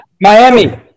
Miami